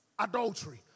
Adultery